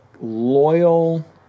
loyal